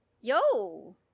Yo